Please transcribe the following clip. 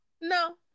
No